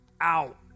out